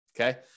Okay